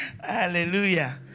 Hallelujah